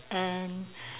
and